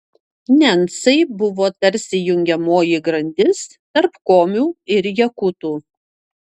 nencai buvo tarsi jungiamoji grandis tarp komių ir jakutų